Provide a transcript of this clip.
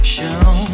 Show